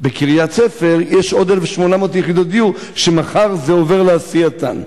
בקריית-ספר יש עוד 1,800 יחידות דיור שמחר זה עובר לעשייתן,